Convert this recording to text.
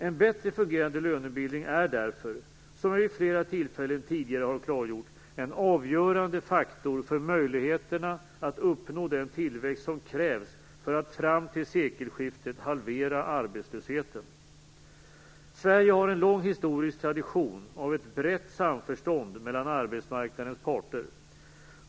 En bättre fungerande lönebildning är därför, som jag vid flera tillfällen tidigare har klargjort, en avgörande faktor för möjligheterna att uppnå den tillväxt som krävs för att fram till sekelskiftet halvera arbetslösheten. Sverige har en lång historisk tradition av ett brett samförstånd mellan arbetsmarknadens parter.